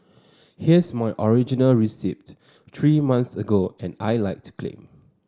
here's my original receipt three months ago and I'd like to claim